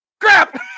Crap